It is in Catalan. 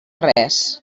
res